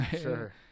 Sure